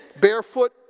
barefoot